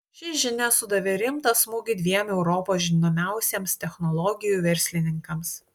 ši žinia sudavė rimtą smūgį dviem europos žinomiausiems technologijų verslininkams